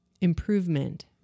improvement